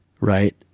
right